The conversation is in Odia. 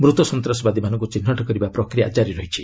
ମୃତ ସନ୍ତାସବାଦୀମାନଙ୍କୁ ଚିହ୍ନଟ କରିବା ପ୍ରକ୍ରିୟା ଜାରି ରହିଛି